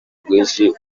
rwinshi